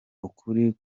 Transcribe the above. ukuri